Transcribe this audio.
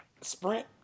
Sprint